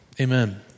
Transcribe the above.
Amen